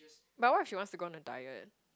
but what if she wants to go on a diet